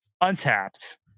Untapped